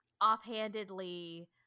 offhandedly